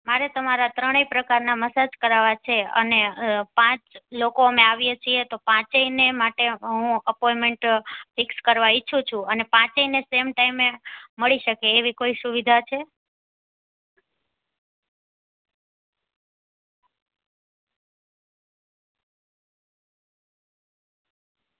મારે તમારા ત્રણેય પ્રકારના મસાજ કરાવવા છે અને પાંચ લોકો અમે આવીએ છીએ તો પાંચેયને માટે હું એપોઈમેન્ટ ફિક્સ કરવા ઈચ્છું છું અને પાંચેયને સેમ ટાઈમએ મળી શકે એવી કોઈ સુવિધા છે